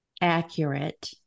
accurate